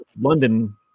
London